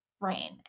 rain